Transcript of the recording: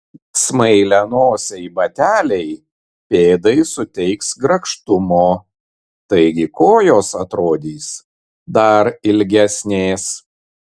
smailianosiai bateliai pėdai suteiks grakštumo taigi kojos atrodys dar ilgesnės